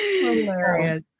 Hilarious